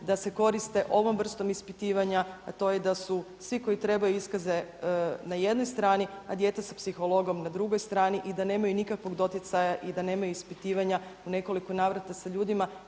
da se koriste ovom vrstom ispitivanja, a to je da su svi koji trebaju iskaze na jednoj strani, a dijete sa psihologom na drugoj strani i da nemaju nikakvog doticaja i da nemaju ispitivanja u nekoliko navrata sa ljudima